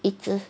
一只